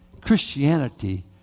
Christianity